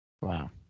Wow